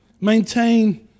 Maintain